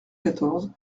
quatorze